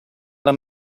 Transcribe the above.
alla